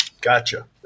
Gotcha